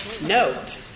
note